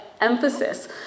emphasis